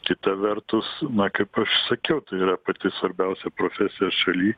kita vertus na kaip aš sakiau tai yra pati svarbiausia profesija šaly